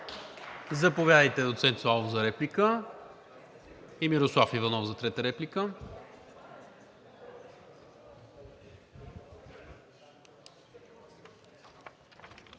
Заповядайте, доцент Славов, за реплика и Мирослав Иванов за трета реплика.